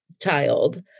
child